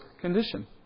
condition